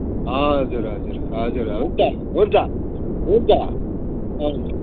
हजुर हजुर हजुर हजुर हुन्छ हुन्छ हुन्छ अँ